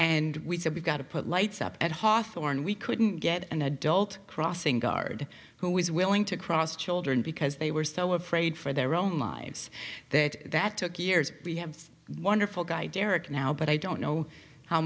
and we said we've got to put lights up at hawthorne we couldn't get an adult crossing guard who was willing to cross children because they were so afraid for their own lives that that took years we have wonderful guy derek now but i don't know how